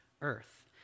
earth